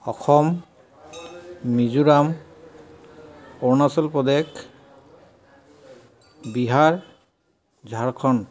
Assam Mizoram Arunachal Pradesh Bihar Jharkhand